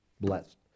blessed